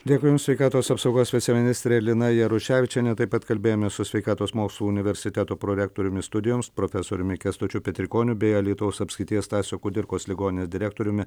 dėkui jums sveikatos apsaugos viceministrė lina jaruševičienė taip pat kalbėjomės su sveikatos mokslų universiteto prorektoriumi studijoms profesoriumi kęstučiu petrikoniu bei alytaus apskrities stasio kudirkos ligoninės direktoriumi